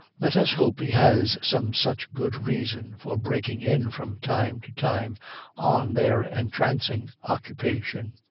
let us hope he has some such good reason for breaking in from time to time on their entrancing occupation.